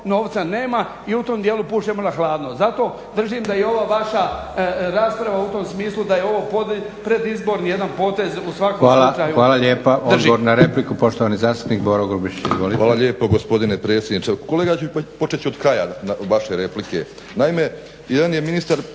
Hvala lijepa gospodine predsjedniče. Kolega počet ću od kraja vaše replike.